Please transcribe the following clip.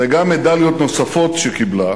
וגם מדליות נוספות שקיבלה,